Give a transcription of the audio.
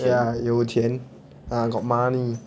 ya 有钱 ah got money